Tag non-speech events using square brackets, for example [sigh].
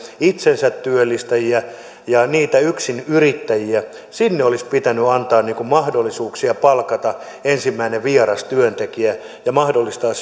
itsensätyöllistäjiä ja yksinyrittäjiä olisi pitänyt antaa mahdollisuuksia palkata ensimmäinen vieras työntekijä ja mahdollistaa [unintelligible]